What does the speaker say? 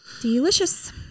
Delicious